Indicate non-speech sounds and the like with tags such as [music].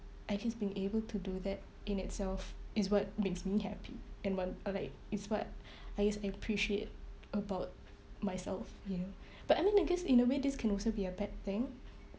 I guess being able to do that in itself is what makes me happy and what or like it's what [breath] I guess I appreciate about myself ya but I mean I guess in a way this can also be a bad thing